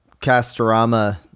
Castorama